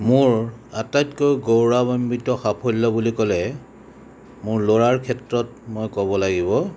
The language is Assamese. মোৰ আটাইতকৈ গৌৰৱান্বিত সাফল্য বুলি ক'লে মোৰ ল'ৰাৰ ক্ষেত্ৰত মই ক'ব লাগিব